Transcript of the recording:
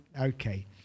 Okay